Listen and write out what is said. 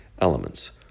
elements